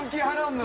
yano